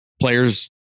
players